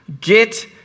get